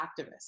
activists